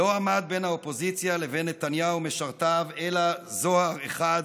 לא עמד בין האופוזיציה לבין נתניהו ומשרתיו אלא זוהר אחד,